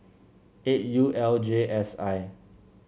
eight U L J S I